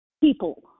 people